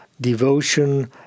devotion